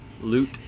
Loot